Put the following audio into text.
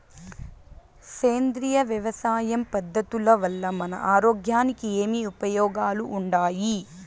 సేంద్రియ వ్యవసాయం పద్ధతుల వల్ల మన ఆరోగ్యానికి ఏమి ఉపయోగాలు వుండాయి?